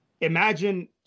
imagine